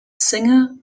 singer